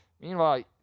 Meanwhile